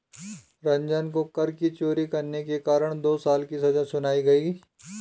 रंजन को कर की चोरी करने के कारण दो साल की सजा सुनाई गई